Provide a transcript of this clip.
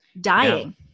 dying